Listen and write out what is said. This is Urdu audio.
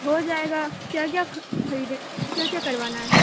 ہو جائے گا کیا کیا خریدے کیا کیا کروانا ہے